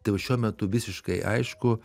tai va šiuo metu visiškai aišku